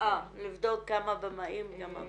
אה, לבדוק כמה בימאים וכמה בימאיות.